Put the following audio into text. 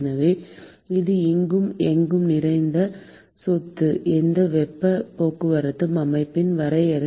எனவே இது எங்கும் நிறைந்த சொத்து எந்த வெப்பப் போக்குவரத்து அமைப்பின் வரையறை